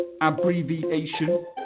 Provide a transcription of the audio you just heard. abbreviation